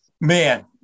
man